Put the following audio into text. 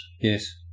Yes